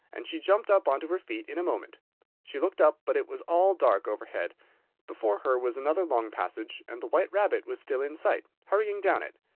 and she jumped up on to her feet in a moment she looked up, but it was all dark overhead before her was another long passage, and the white rabbit was still in sight, hurrying down it.